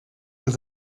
with